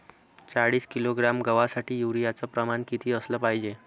चाळीस किलोग्रॅम गवासाठी यूरिया च प्रमान किती असलं पायजे?